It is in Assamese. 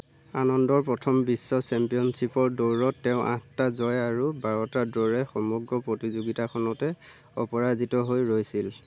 আনন্দৰ প্ৰথম বিশ্ব চেম্পিয়নশ্বিপৰ দৌৰত তেওঁ আঠটা জয় আৰু বাৰটা ড্ৰৰে সমগ্ৰ প্ৰতিযোগিতাখনতে অপৰাজিত হৈ ৰৈছিল